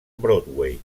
broadway